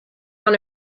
want